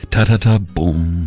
Ta-ta-ta-boom